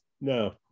no